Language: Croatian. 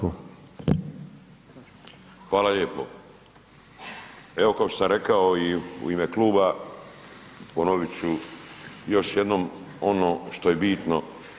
Evo kao što sam rekao i u ime kluba ponovit ću još jednom ono što je bitno.